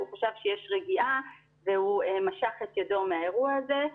הוא חשב שיש רגיעה והוא משך את ידו מהאירוע הזה.